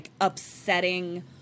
upsetting